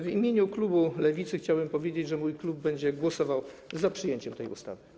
W imieniu klubu Lewicy chciałbym powiedzieć, że mój klub będzie głosował za przyjęciem tej ustawy.